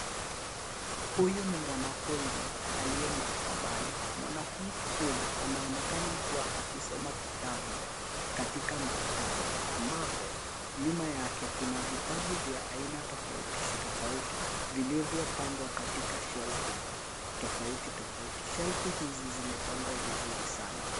Huyu ni mwanafunzi aliye maktabani. Mwanafunzi huyu anaonekana kuwa akisoma kitabu katika maktaba, ambapo nyuma yake kuna vitabu vya aina tofauti tofauti vilivyo pangwa katika shelfu tofauti tofauti. Shelfu hizi zimepangwa vizuri sana.